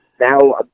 now